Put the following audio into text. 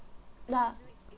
ya